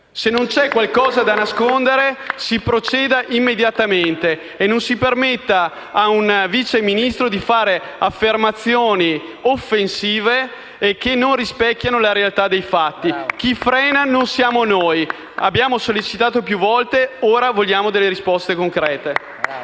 Se non c'è qualcosa da nascondere, si proceda immediatamente e non si permetta a un Vice Ministro di fare affermazioni offensive e che non rispecchiano la realtà dei fatti. Chi frena non siamo noi. Abbiamo sollecitato più volte, ora vogliamo delle risposte concrete.